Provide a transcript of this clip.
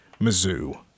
Mizzou